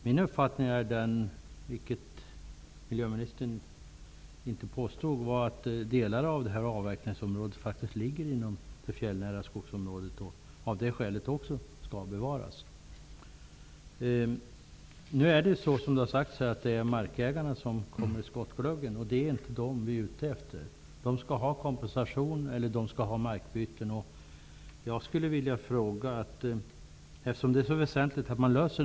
Min uppfattning är att delar av avverkningsområdet faktiskt ligger inom det fjällnära skogsområdet -- miljöministern påstod att det inte gör det -- och skall också av det skälet bevaras. Som det har sagts här är det markägarna som hamnar i skottgluggen. Det är inte dem som vi är ute efter. De skall ha kompensation eller få ersättning i form av markbyte. Det är väsentligt att frågan löses.